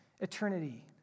eternity